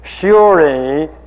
surely